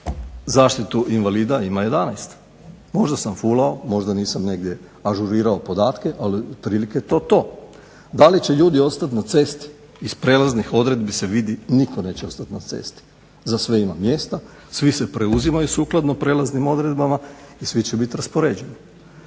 zaštitu invalida ima 11. Možda sam fulao, možda nisam negdje ažurirao podatke, ali otprilike je to to. Da li će ljudi ostat na cesti, iz prelaznih odredbi se vidi nitko neće ostat na cesti, za sve ima mjesta, svi se preuzimaju sukladno prelaznim odredbama i svi će biti raspoređeni.